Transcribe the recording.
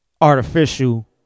artificial